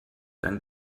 dann